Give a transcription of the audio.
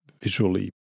visually